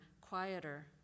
quieter